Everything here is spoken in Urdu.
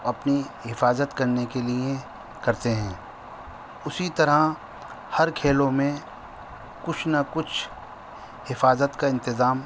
اپنی حفاظت کرنے کے لیے کرتے ہیں اسی طرح ہر کھیلوں میں کچھ نہ کچھ حفاظت کا انتظام